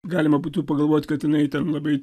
galima būtų pagalvoti kad jinai ten labai